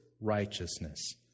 righteousness